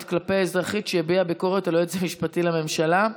כלפי אזרחית שהביעה ביקורת על היועץ המשפטי לממשלה,